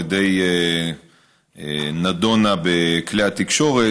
ודי נדונה בכלי התקשורת,